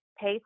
pay